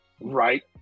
right